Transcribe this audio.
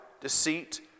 deceit